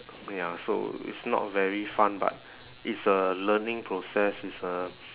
ya so it's not very fun but it's a learning process it's a